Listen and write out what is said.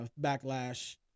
backlash